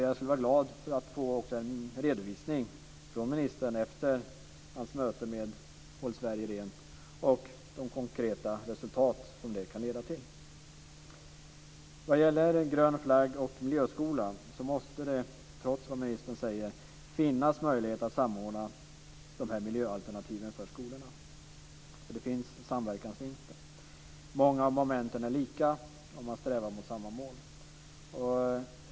Jag skulle bli glad om jag också får en redovisning från ministern efter hans möte med Stiftelsen Håll Sverige Rent och de konkreta resultat som det kan leda till. När det gäller Grön Flagg och Miljöskolan måste det, trots det ministern säger, finnas möjlighet att samordna dessa miljöalternativ för skolorna. Det finns nämligen samverkansvinster. Många av momenten är lika, och man strävar mot samma mål.